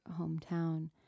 hometown